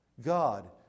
God